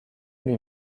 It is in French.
lui